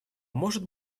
может